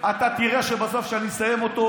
אני יודע שההצעות שלי לא עוברות,